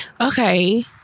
Okay